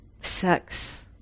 Sex